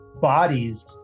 bodies